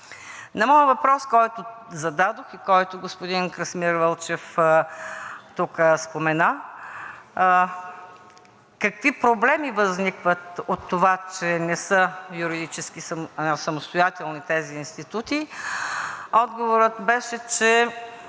На моя въпрос, който зададох и за който господин Красимир Вълчев тук спомена, какви проблеми възникват от това, че не са юридически самостоятелни тези институти, отговорът беше, че